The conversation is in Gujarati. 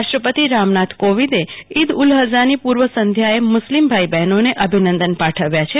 રાષ્ટ્રપતિ રામનાથ કોવિંદે ઈદ ઉલ અઝફાની પુર્વ સંધ્યાએ મુસ્લિમ ભાઈબહેનોને અભિનંદન પાઠવ્યા છે